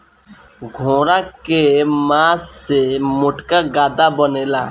घोड़ा के मास से मोटका गद्दा बनेला